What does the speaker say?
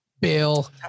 Bill